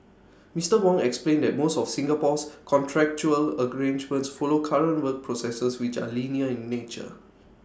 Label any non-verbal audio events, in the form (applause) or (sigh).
Mister Wong explained that most of Singapore's contractual (unintelligible) follow current work processes which are linear in nature